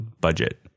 budget